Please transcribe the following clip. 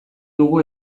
dugu